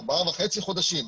ארבעה וחצי חודשים.